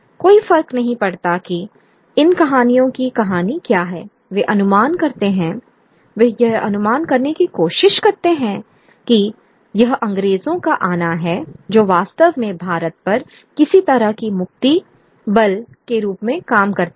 कोई फर्क नहीं पड़ता कि इन कहानियों की कहानी क्या है वे अनुमान करते हैं वे यह अनुमान करने की कोशिश करते हैं कि यह अंग्रेजों का आना है जो वास्तव में भारत पर किसी तरह के मुक्ति बल के रूप में काम करता है